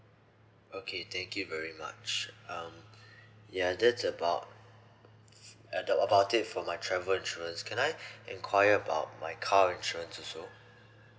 okay thank you very much um ya that's about uh the about it for my travel insurance can I enquire about my car insurance also